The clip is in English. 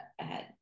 ahead